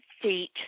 feet